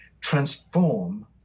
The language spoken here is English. transform